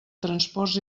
transports